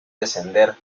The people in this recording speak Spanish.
descender